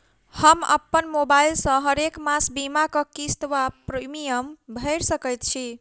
हम अप्पन मोबाइल सँ हरेक मास बीमाक किस्त वा प्रिमियम भैर सकैत छी?